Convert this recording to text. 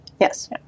Yes